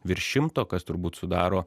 virš šimto kas turbūt sudaro